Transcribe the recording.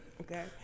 Okay